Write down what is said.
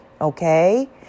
Okay